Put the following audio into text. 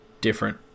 different